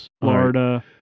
Florida